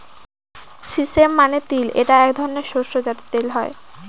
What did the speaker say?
sesame মানে তিল এটা এক ধরনের শস্য যাতে তেল হয়